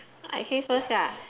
I say first ah